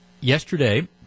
yesterday